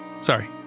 Sorry